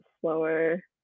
slower